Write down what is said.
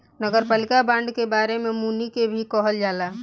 नगरपालिका बांड के बोले में मुनि के भी कहल जाला